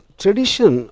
tradition